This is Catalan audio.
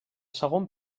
segon